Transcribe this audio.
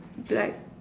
black